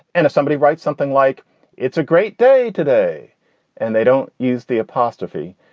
and if somebody writes something like it's a great day today and they don't use the apostrophe,